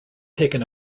taken